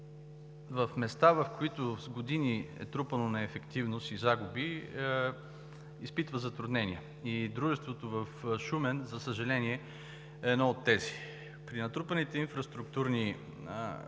в места, в които с години са трупани неефективност и загуби, изпитва затруднения. Дружеството в Шумен за съжаление е едно от тези. При натрупаните инфраструктурни проблеми